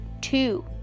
two